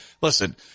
Listen